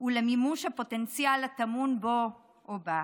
ולמימוש הפוטנציאל הטמון בו או בה.